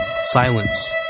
Silence